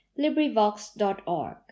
LibriVox.org